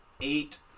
Eight